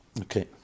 Okay